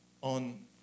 on